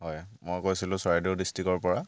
হয় মই কৈছিলোঁ চৰাইদেউ ডিষ্ট্ৰিকৰপৰা